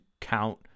count